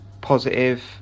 positive